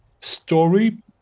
story